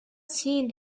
seen